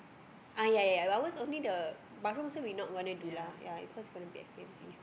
ah yea yea yea but ours only the but rooms here we not wanna do lah yea cause it's going to be expensive